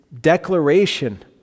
declaration